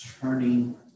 turning